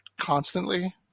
constantly